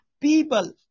people